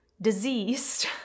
diseased